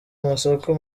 amasoko